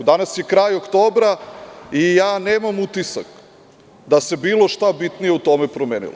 Danas je kraj oktobra i nemam utisak da se bilo šta bitnije u tome promenilo.